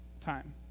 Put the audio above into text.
time